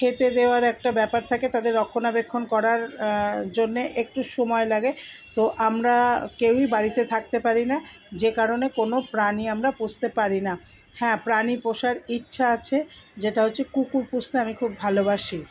খেতে দেওয়ার একটা ব্যাপার থাকে তাদের রক্ষণাবেক্ষণ করার জন্যে একটু সময় লাগে তো আমরা কেউই বাড়িতে থাকতে পারি না যে কারণে কোনো প্রাণী আমরা পুষতে পারি না হ্যাঁ প্রাণী পোষার ইচ্ছা আছে যেটা হচ্ছে কুকুর পুষতে আমি খুব ভালোবাসি